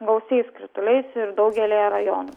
gausiais krituliais ir daugelyje rajonų